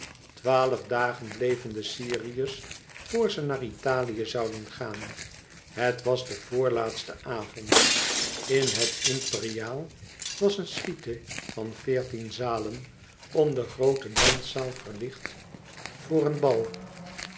twaalf dagen bleven de syriers vor ze naar italië zouden gaan het was de voorlaatste avond in het imperiaal was een suite van veertien zalen om de groote danszaal verlicht voor een bal